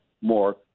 more